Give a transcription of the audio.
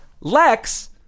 Lex